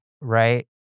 right